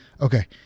Okay